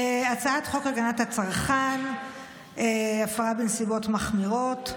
הצעת חוק הגנת הצרכן (הפרה בנסיבות מחמירות),